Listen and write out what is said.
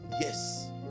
yes